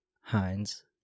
Heinz